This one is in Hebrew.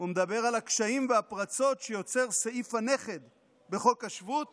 הוא מדבר על הקשיים והפרצות שיוצר סעיף הנכד בחוק השבות